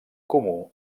comú